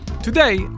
Today